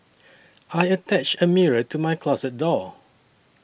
I attached a mirror to my closet door